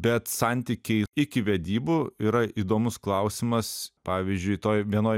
bet santykiai iki vedybų yra įdomus klausimas pavyzdžiui toj vienoj